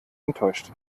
enttäuscht